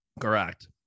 correct